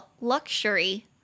Luxury